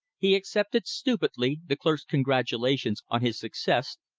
he accepted stupidly the clerk's congratulations on his success,